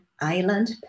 island